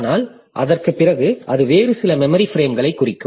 ஆனால் அதற்குப் பிறகு அது வேறு சில மெமரி பிரேம்களைக் குறிக்கும்